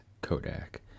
Kodak